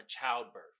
childbirth